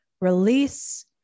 Release